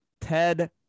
ted